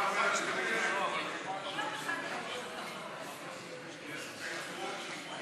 חברת הכנסת יעל גרמן